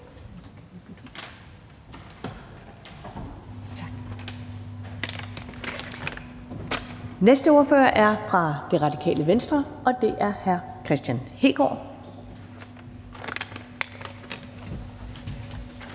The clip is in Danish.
Den næste ordfører er fra Det Radikale Venstre, og det er hr. Kristian Hegaard.